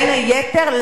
בין היתר,